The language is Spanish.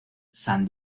san